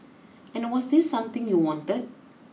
and was this something you wanted